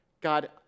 God